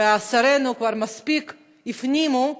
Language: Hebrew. שרינו כבר מספיק הפנימו,